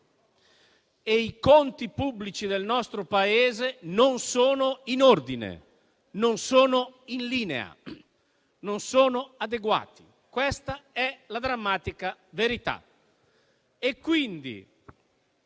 e i conti pubblici del nostro Paese non sono in ordine, non sono in linea, non sono adeguati. Questa è la drammatica verità.